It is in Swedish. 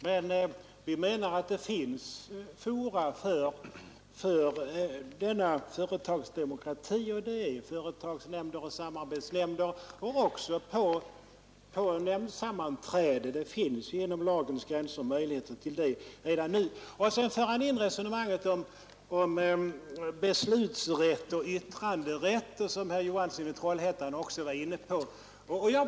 Men vi menar att det finns fora för denna företagsdemokrati, nämligen företagsnämnder och samarbetsnämnder och även nämndsammanträden. Det finns inom lagens gränser möjligheter till det redan nu. Sedan för han in resonemanget om beslutsrätt och yttranderätt som herr Johansson i Trollhättan också var inne på.